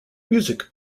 music